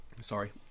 Sorry